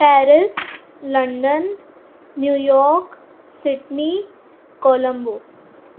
Paris London New York Sydney Colombo